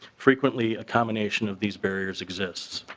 frequently accommodation of these berries exist.